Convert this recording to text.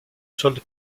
solde